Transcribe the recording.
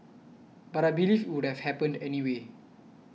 but I believe would have happened anyway